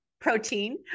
protein